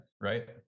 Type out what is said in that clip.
right